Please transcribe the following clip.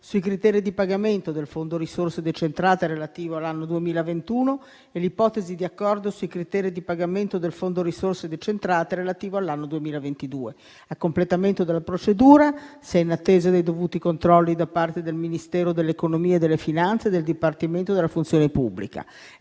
sui criteri di pagamento del fondo risorse decentrate relativo all'anno 2020 e l'ipotesi di accordo sui criteri di pagamento del fondo risorse decentrate relativo all'anno 2022. A completamento della procedura si è in attesa dei dovuti controlli da parte del Ministero dell'economia e delle finanze e del Dipartimento della funzione pubblica.